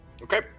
Okay